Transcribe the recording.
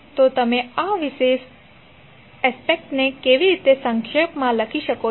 તો તમે આ વિશેષ એસ્પેક્ટ ને કેવી રીતે સંક્ષેપ માં લખી શકો છો